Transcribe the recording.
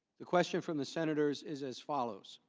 the question from the senators is as follows.